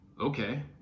okay